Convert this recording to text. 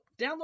download